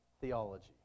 theology